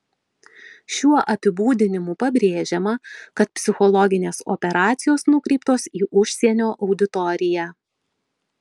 šiuo apibūdinimu pabrėžiama kad psichologinės operacijos nukreiptos į užsienio auditoriją